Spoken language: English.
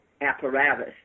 apparatus